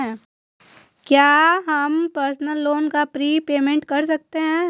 क्या हम personal loan का प्रीपेमेंट कर सकते हैं?